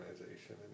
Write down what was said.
organization